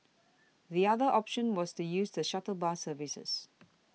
the other option was to use the shuttle bus services